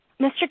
Mr